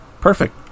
perfect